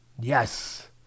Yes